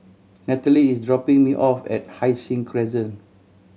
Nallely is dropping me off at Hai Sing Crescent